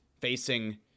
facing